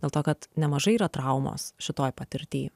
dėl to kad nemažai yra traumos šitoj patirty